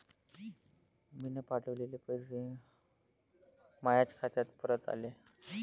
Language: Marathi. मीन पावठवलेले पैसे मायाच खात्यात परत आले